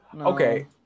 Okay